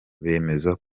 bemezaga